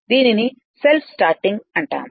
దీనిని self starting అంటాము